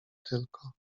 tylko